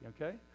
okay